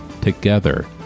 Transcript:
Together